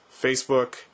Facebook